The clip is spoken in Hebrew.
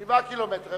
7 קילומטרים.